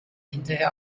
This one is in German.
hinterher